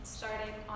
starting